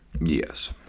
Yes